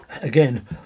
Again